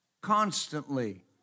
Constantly